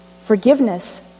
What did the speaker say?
Forgiveness